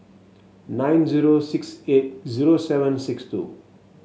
nine zero six eight zero seven six two